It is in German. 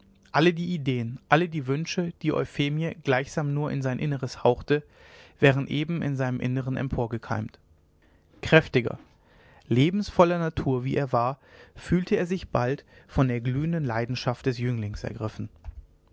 alle die ideen alle die wünsche die euphemie gleichsam nur in sein inneres hauchte wären eben in seinem innern emporgekeimt kräftiger lebensvoller natur wie er war fühlte er sich bald von der glühenden leidenschaft des jünglings ergriffen